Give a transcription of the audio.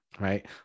right